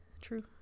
true